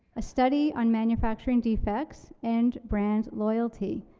a study on manufacturing defects and brand loyalty.